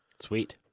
Sweet